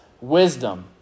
wisdom